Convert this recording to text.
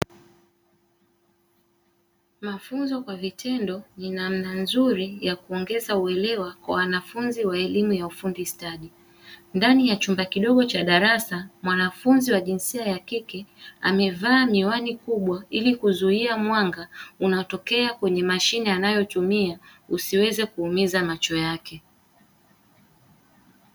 Mafunzo kwa vitendo ni namna nzuri ya kuongeza uelewa kwa wanafunzi wa elimu ya ufundi stadi, ndani ya chumba kidogo cha darasa mwanafunzi wa jinsia ya kike amevaa miwani kubwa ili kuzuia mwanga unatokea kwenye mashine anayotumia usiweze kuumiza macho yake.